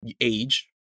age